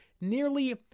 nearly